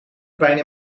pijn